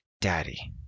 daddy